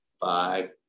five